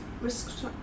risk